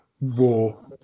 war